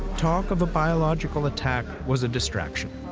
talk of a biological attack was a distraction.